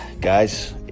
Guys